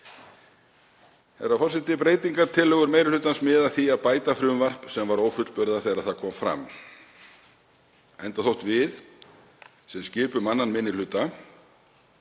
Herra forseti. Breytingartillögur meiri hlutans miða að því að bæta frumvarp sem var ófullburða þegar það kom fram. Þótt við sem skipum 2. minni hluta,